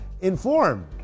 informed